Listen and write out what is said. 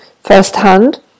firsthand